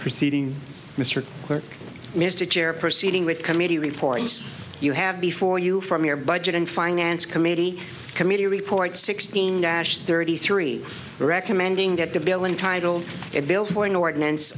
preceding mr or mr gerry proceeding with committee reports you have before you from your budget and finance committee committee report sixteen dash thirty three recommending that the bill entitle a bill for an ordinance